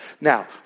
Now